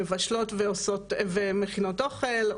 מבשלות ומכינות אוכל,